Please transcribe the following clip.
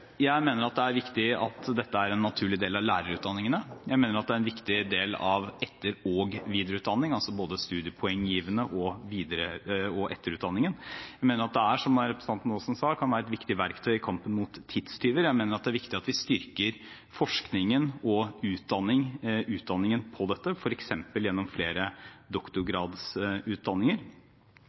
Jeg mener det er viktig at dette er en naturlig del av lærerutdanningene. Jeg mener at det er en viktig del av etter- og videreutdanningen – altså både studiepoenggivende og videre- og etterutdanning – og at det, som representanten Aasen sa, kan være et viktig verktøy i kampen mot tidstyver. Jeg mener det er viktig at vi styrker forskningen og utdanningen på dette feltet, f.eks. gjennom flere